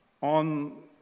on